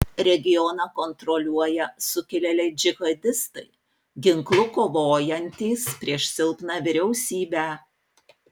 regioną kontroliuoja sukilėliai džihadistai ginklu kovojantys prieš silpną vyriausybę